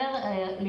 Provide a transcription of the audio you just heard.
גם